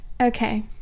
Okay